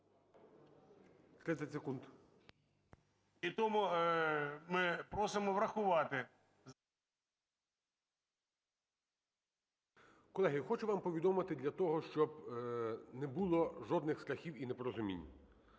Колеги, хочу вам повідомити для того, щоб не було жодних страхів і непорозумінь.